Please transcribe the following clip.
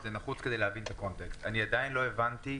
אבל עדיין לא הבנתי,